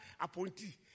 appointee